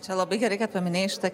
čia labai gerai kad paminėjai šitą